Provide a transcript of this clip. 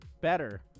better